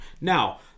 Now